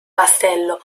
castello